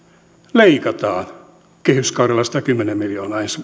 leikataan kehyskaudella satakymmentä miljoonaa ensi